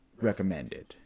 recommended